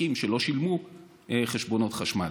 עסקים שלא שילמו חשבונות חשמל.